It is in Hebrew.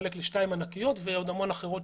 תחשבו על חייב שיש לו ארבע דוחות חנייה מארבע רשויות